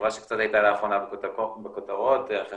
חברה שקצת הייתה לאחרונה בכותרות אחרי